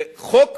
זה חוק